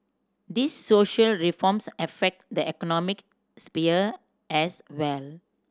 these social reforms affect the economic sphere as well